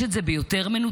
יש את זה ביותר מנותק?